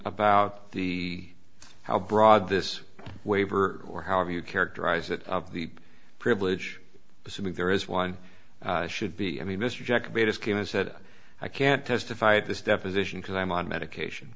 about the how broad this waiver or however you characterize it of the privilege assuming there is one should be i mean mr jack betas came and said i can't testify at this deposition because i'm on medication